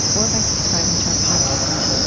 or by subscribing to our podcast